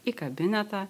į kabinetą